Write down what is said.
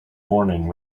morning